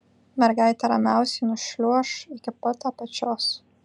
mergaitė ramiausiai nušliuoš iki pat apačios